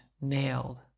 nailed